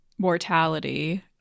mortality